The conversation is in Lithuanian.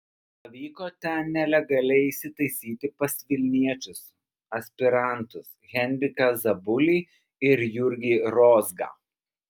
pavyko ten nelegaliai įsitaisyti pas vilniečius aspirantus henriką zabulį ir jurgį rozgą